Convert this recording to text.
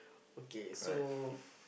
okay so